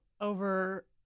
over